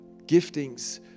giftings